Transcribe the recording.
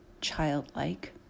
childlike